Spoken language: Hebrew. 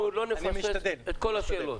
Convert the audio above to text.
אנחנו לא נפספס את כל השאלות.